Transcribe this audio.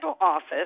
office